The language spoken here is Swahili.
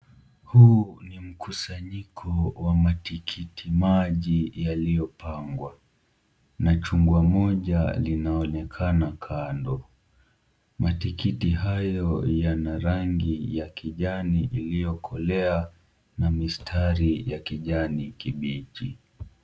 Huu ni mkusanyiko wa matikiti maji yaliyopangwa na chungwa moja linaonekana kando. Matikiti hayo yana rangi ya kijani iliyokolea na mistari ya kijani kibichi.